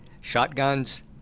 shotguns